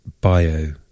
bio